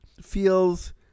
feels